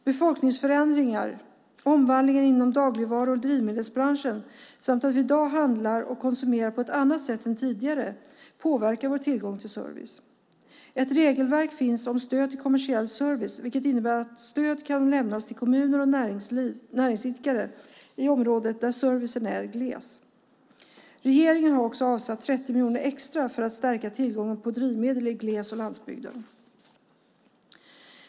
Befolkningsförändringar, omvandlingen inom dagligvaru och drivmedelsbranscherna samt att vi i dag handlar och konsumerar på ett annat sätt än tidigare påverkar vår tillgång till service. Ett regelverk finns om stöd till kommersiell service, vilket innebär att stöd kan lämnas till kommuner och näringsidkare i områden där servicen är gles. Regeringen har också avsatt 30 miljoner extra för att stärka tillgången på drivmedel i gles och landsbygden.